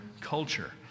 culture